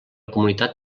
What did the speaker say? comunitat